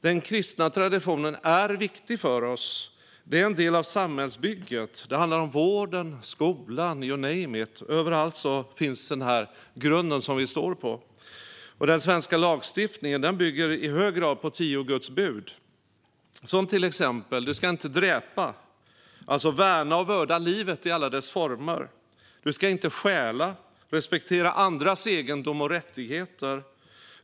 Den kristna traditionen är viktig för oss. Den är en del av samhällsbygget såsom vården, skolan, you name it. Överallt finns den grund som vi står på. Den svenska lagstiftningen bygger i hög grad på tio Guds bud, till exempel "Du skall inte dräpa". Man ska värna och vörda livet i alla dess former. "Du skall inte stjäla", det vill säga respektera andras egendom och rättigheter.